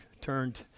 turned